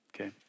okay